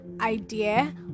Idea